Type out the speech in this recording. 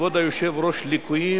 עוד בראשית דברי,